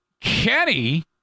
kenny